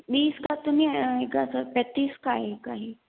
बीस का तो नहीं आएगा सर पैंतीस का आएगा ही